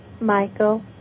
Michael